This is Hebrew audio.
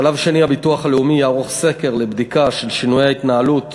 בשלב שני הביטוח הלאומי יערוך סקר לבדיקה של שינויי ההתנהלות